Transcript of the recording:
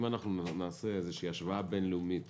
אם נעשה השוואה בין-לאומית